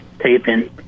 taping